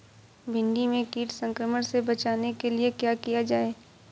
भिंडी में कीट संक्रमण से बचाने के लिए क्या किया जाए?